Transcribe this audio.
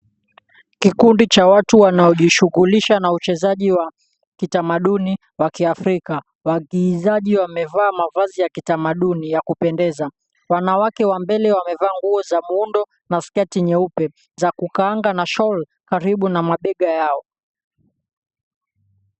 Kikundi cha watu wanaojishughulisha na uchezaji wa kitamaduni wa kiafrika. Wagizaji wamevaa mavazi ya kitamaduni ya kupendeza. Wanawake wa mbele wamevaa nguo za muundo na sketi nyeupe za kukaanga na shol karibu na mabega yao.